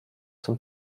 zum